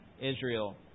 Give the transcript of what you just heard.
Israel